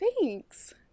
Thanks